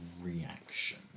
reaction